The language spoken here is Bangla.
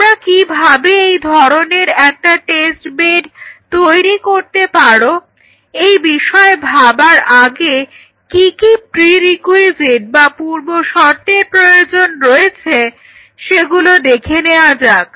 তোমরা কিভাবে এই ধরনের একটা টেস্ট বেড তৈরি করতে পারো এই বিষয়ে ভাবার আগে কি কি pre requisite বা পূর্বশর্তের প্রয়োজন রয়েছে সেগুলো দেখে নেওয়া যাক